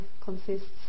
consists